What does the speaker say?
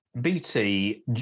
BT